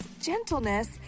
gentleness